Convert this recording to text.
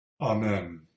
Amen